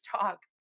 talk